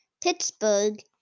Pittsburgh